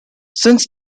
since